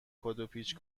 کادوپیچ